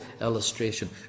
illustration